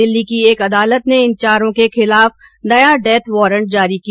दिल्ली की एक अदालत ने इन चारों के खिलाफ नया डेथ वारंट जारी किया